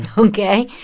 ok?